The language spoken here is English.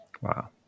wow